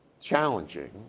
challenging